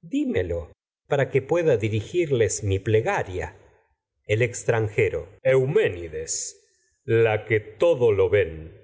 dimelo para que pueda dirigirles mi plegaria lblpo en colono el extranjero es eunicnid es da la las que todo lo ven